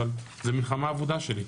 אבל זו מלחמה אבודה שלי.